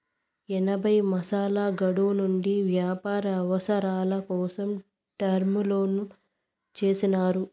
ఎనభై మాసాల గడువు నుండి వ్యాపార అవసరాల కోసం టర్మ్ లోన్లు చేసినారు